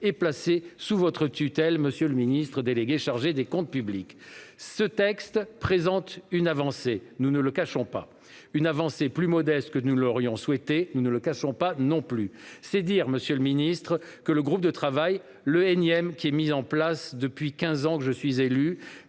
et placée sous votre tutelle, monsieur le ministre délégué chargé des comptes publics. Ce texte représente une avancée, ne nous le cachons pas, mais une avancée plus modeste que nous ne l'aurions souhaité, ne nous le cachons pas non plus. C'est dire, monsieur le ministre, que le groupe de travail- le énième qui est mis en place depuis quinze ans que je suis élu